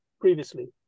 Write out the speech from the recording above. previously